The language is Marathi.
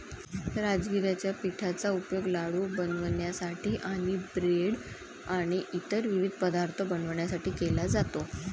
राजगिराच्या पिठाचा उपयोग लाडू बनवण्यासाठी आणि ब्रेड आणि इतर विविध पदार्थ बनवण्यासाठी केला जातो